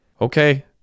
Okay